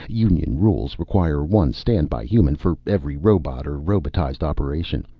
union rules require one stand-by human for every robot or robotized operation.